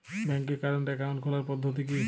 ব্যাংকে current account খোলার পদ্ধতি কি?